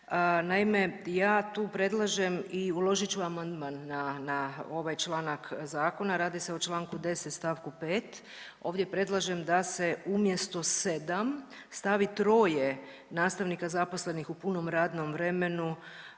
Naime, ja tu predlažem i uložit ću amandman na, na ovaj članak zakona, radi se o čl. 10. st. 5., ovdje predlažem da se umjesto 7 stavi 3-oje nastavnika zaposlenih u punom radnom vremenu